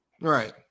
Right